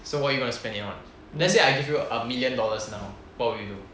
so what you gonna spend it on let's say I give you a million dollars now what would you do